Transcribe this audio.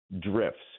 drifts